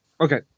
Okay